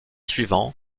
suivant